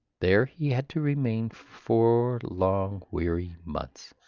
there he had to remain for four long, weary months.